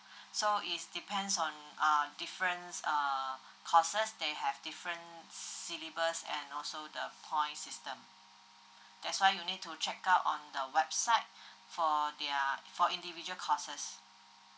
so is depends on uh different uh courses they have different syllabus and also the point system that's why you need to check out on the website for their for individual courses